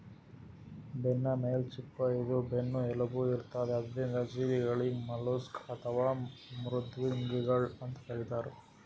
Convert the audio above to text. ಬೆನ್ನಮೇಲ್ ಚಿಪ್ಪ ಇದ್ದು ಬೆನ್ನ್ ಎಲುಬು ಇರ್ಲಾರ್ದ್ ಇದ್ದಿದ್ ಜೀವಿಗಳಿಗ್ ಮಲುಸ್ಕ್ ಅಥವಾ ಮೃದ್ವಂಗಿಗಳ್ ಅಂತ್ ಕರಿತಾರ್